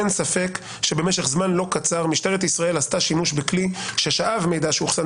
אין ספק שבמשך זמן לא קצר משטרת ישראל עשתה שימוש בכלי ששאב מידע שאוחסן